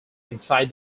inside